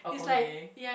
oh okay